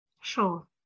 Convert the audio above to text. Sure